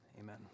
amen